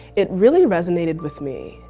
it really resonated with me.